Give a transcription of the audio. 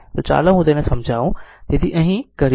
તો ચાલો હું તેને સમજાવું